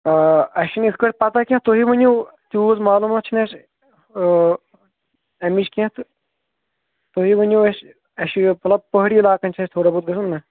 آ اسہِ چھِ نہٕ یِتھ کٔٹھۍ پتہ کینٛہہ تُہی ؤنِو تیوٗت مالوٗمات چھِنہٕ اَسہِ اَمِچ کینٛہہ تہٕ تُہی ؤنِو اَسہِ اَسہِ چھُ مطلب پہٲڑی علاقن چھُ اَسہِ تھوڑا بہت گژھُن نہ